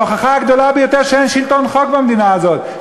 זו ההוכחה הגדולה ביותר שאין שלטון חוק במדינה הזאת,